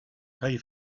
pay